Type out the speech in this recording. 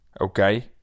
Okay